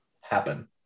happen